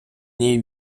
ній